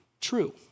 true